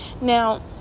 now